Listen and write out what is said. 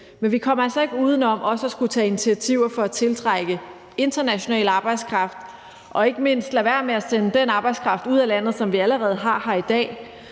Men vi kommer altså ikke uden om også at skulle tage initiativer for at tiltrække international arbejdskraft og ikke mindst lade være med at sende den arbejdskraft, som vi allerede har i dag,